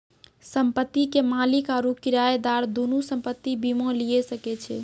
संपत्ति के मालिक आरु किरायादार दुनू संपत्ति बीमा लिये सकै छै